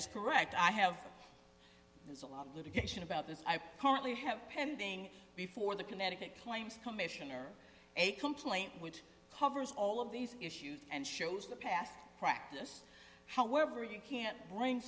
is correct i have litigation about this i currently have pending before the connecticut claims commission or a complaint which covers all of these issues and shows the past practice however you can't bring